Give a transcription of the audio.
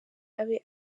abe